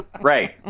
Right